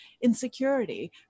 insecurity